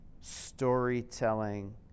storytelling